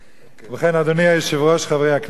ובכן, אדוני היושב-ראש, חברי הכנסת,